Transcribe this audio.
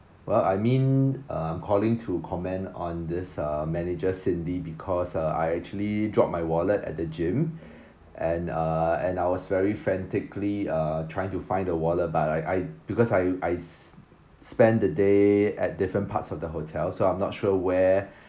well I mean uh I'm calling to comment on this uh manager cindy because uh I actually drop my wallet at the gym and uh and I was very frantically uh trying to find the wallet but I I because I I s~ spend the day at different parts of the hotel so I'm not sure where